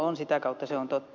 on sitä kautta se on totta